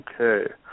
Okay